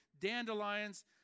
dandelions